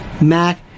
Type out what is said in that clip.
Mac